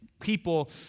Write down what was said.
people